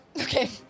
Okay